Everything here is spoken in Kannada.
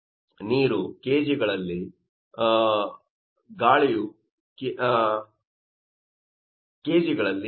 ಆದ್ದರಿಂದ ನೀರು kg ಗಳಲ್ಲಿ by ಗಾಳಿಯು kg ಗಳಲ್ಲಿ ಇದೆ